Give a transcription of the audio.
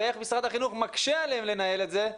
ואיך משרד החינוך מקשה עליהם לנהל את זה,